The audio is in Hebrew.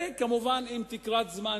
וכמובן עם תקרת זמן,